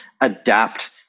adapt